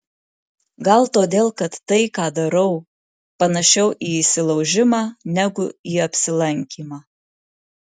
gal todėl kad tai ką darau panašiau į įsilaužimą negu į apsilankymą